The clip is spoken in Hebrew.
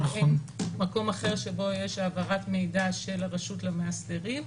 -- מקום אחר שבו יש העברת מידע של הרשות למאסדרים.